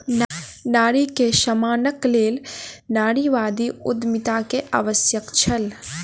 नारी के सम्मानक लेल नारीवादी उद्यमिता के आवश्यकता छल